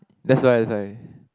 that's why that's why